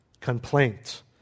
complaint